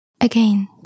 Again